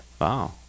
Wow